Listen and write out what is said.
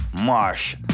Marsh